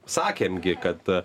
sakėm gi kad